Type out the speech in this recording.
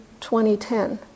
2010